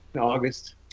August